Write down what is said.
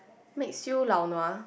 makes you lao nua